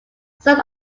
some